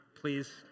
please